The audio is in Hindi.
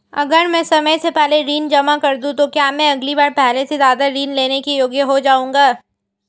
अगर मैं समय से पहले ऋण जमा कर दूं तो क्या मैं अगली बार पहले से ज़्यादा ऋण लेने के योग्य हो जाऊँगा?